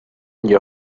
nie